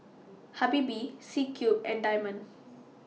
Habibie C Cube and Diamond